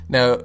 Now